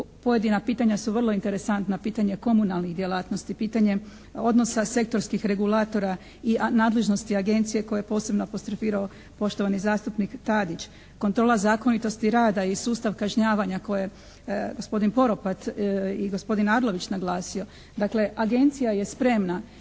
pojedina pitanja su vrlo interesantna, pitanje komunalnih djelatnosti, pitanje odnosa sektorskih regulatora i nadležnosti Agencije koje je posebno apostrofirao poštovani zastupnik Tadić, kontrola zakonitosti rada i sustav kažnjavanja koje je gospodin Poropat i gospodin Arlović naglasio. Dakle, Agencija je spremna